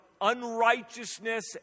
unrighteousness